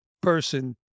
person